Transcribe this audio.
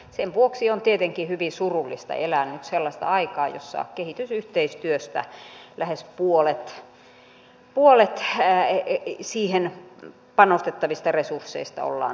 sen vuoksi on tietenkin hyvin surullista elää nyt sellaista aikaa jossa kehitysyhteistyöstä lähes puolet siihen panostettavista resursseista ollaan vähentämässä